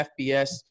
FBS